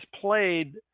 played